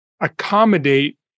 accommodate